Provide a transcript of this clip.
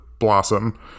blossom